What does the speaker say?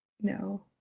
no